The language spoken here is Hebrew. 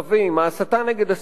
ההסתה נגד השמאל,